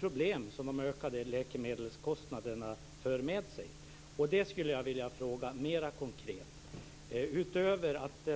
problem som de ökade läkemedelskostnaderna för med sig. Jag skulle vilja fråga mera konkret om detta.